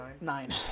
nine